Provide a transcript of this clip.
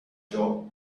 job